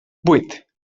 buit